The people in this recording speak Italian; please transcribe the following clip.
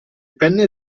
penne